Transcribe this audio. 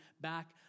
back